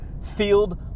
field